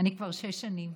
אני כבר שש שנים,